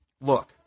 Look